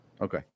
Okay